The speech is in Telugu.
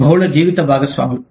బహుళ జీవిత భాగస్వాములు